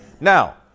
now